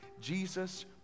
jesus